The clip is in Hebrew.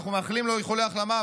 אנחנו מאחלים לו איחולי החלמה,